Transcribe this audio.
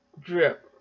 drip